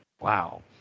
wow